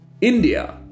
INDIA